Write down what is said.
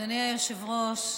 אדוני היושב-ראש,